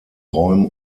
räumen